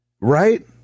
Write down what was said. right